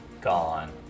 gone